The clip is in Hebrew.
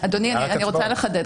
אדוני, אני רוצה לחדד.